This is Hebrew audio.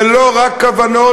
זה לא רק כוונות,